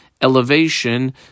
elevation